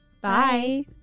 Bye